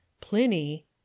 pliny